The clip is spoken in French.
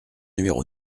numéro